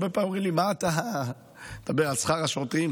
הרבה פעמים אומרים לי: מה אתה מדבר על שכר השוטרים,